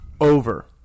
over